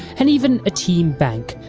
and even a team bank,